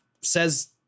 says